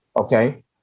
okay